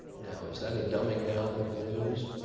now is that a dumbing down of the news.